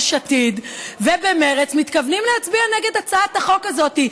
עתיד ובמרצ מתכוונים להצביע נגד הצעת החוק הזאת.